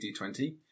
d20